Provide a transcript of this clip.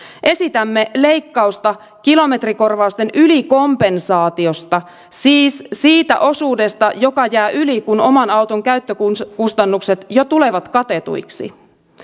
esitämme leikkausta kilometrikorvausten ylikompensaatiosta siis siitä osuudesta joka jää yli kun oman auton käyttökustannukset jo tulevat katetuiksi